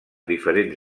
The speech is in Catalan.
diferents